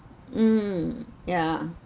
mm yeah